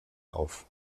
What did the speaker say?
auf